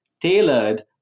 tailored